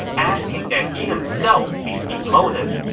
asking that he himself be demoted.